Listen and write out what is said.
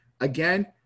Again